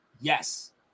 yes